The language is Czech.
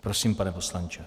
Prosím, pane poslanče.